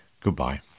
goodbye